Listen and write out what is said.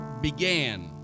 began